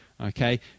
Okay